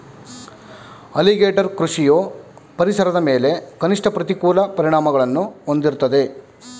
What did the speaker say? alligator ಕೃಷಿಯು ಪರಿಸರದ ಮೇಲೆ ಕನಿಷ್ಠ ಪ್ರತಿಕೂಲ ಪರಿಣಾಮಗಳನ್ನು ಹೊಂದಿರ್ತದೆ